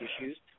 issues